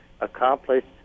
accomplished